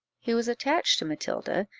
he was attached to matilda,